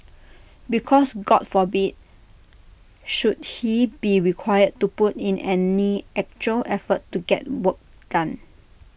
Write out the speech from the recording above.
because God forbid should he be required to put in any actual effort to get work done